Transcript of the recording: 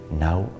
now